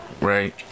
right